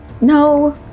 No